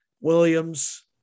Williams